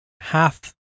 half